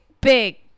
big